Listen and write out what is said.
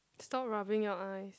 stop rubbing your eyes